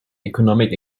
economic